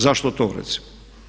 Zašto to recimo?